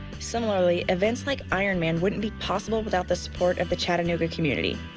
similarly, events like ironman wouldn't be possible without the support of the chattanooga community.